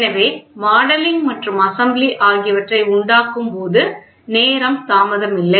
எனவே மாடலிங் மற்றும் அசெம்பிளி ஆகியவற்றைக் உண்டாக்கும்போது நேரம் தாமதமில்லை